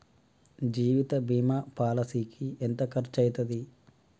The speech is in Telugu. జీవిత బీమా పాలసీకి ఎంత ఖర్చయితది?